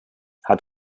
hat